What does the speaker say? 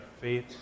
faith